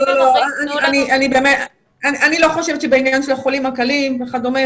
אני לא חושבת שבעניין של החולים הקלים וכדומה,